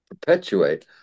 perpetuate